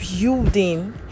building